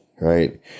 right